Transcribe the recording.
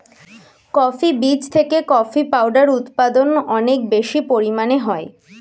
coffee বীজ থেকে coffee powder উৎপাদন অনেক বেশি পরিমাণে হয়